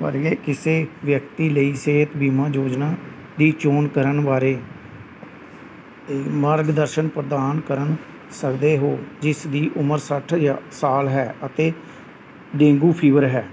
ਵਰਗੇ ਕਿਸੇ ਵਿਅਕਤੀ ਲਈ ਸਿਹਤ ਬੀਮਾ ਯੋਜਨਾ ਦੀ ਚੋਣ ਕਰਨ ਬਾਰੇ ਮਾਰਗਦਰਸ਼ਨ ਪ੍ਰਦਾਨ ਕਰ ਸਕਦੇ ਹੋ ਜਿਸ ਦੀ ਉਮਰ ਸੱਠ ਜ ਸਾਲ ਹੈ ਅਤੇ ਡੇਂਗੂ ਫੀਵਰ ਹੈ